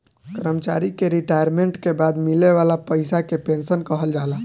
कर्मचारी के रिटायरमेंट के बाद मिले वाला पइसा के पेंशन कहल जाला